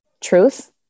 truth